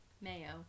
Mayo